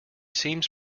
seems